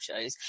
shows